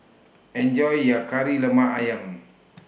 Enjoy your Kari Lemak Ayam